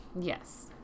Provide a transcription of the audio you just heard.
Yes